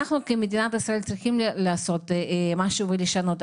אנחנו כמדינת ישראל צריכים לעשות משהו ולשנות.